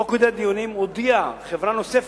תוך כדי הדיונים הודיעה חברה נוספת,